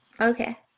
Okay